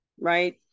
right